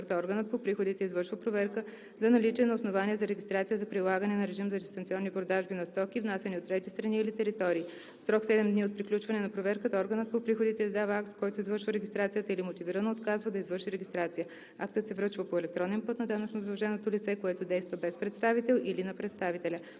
органът по приходите извършва проверка за наличие на основание за регистрация за прилагане на режим за дистанционни продажби на стоки, внасяни от трети страни или територии. В срок 7 дни от приключване на проверката органът по приходите издава акт, с който извършва регистрацията или мотивирано отказва да извърши регистрация. Актът се връчва по електронен път на данъчно задълженото лице, което действа без представител, или на представителя.